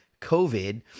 COVID